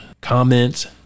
Comments